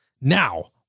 Now